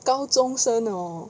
高中生 orh